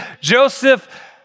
Joseph